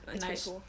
nice